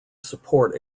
support